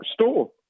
store